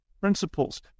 principles